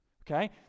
Okay